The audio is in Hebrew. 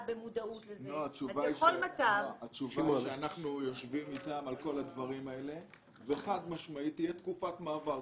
אנחנו יושבים אתם על כל הדברים האלה וחד משמעית תהיה תקופת מעבר.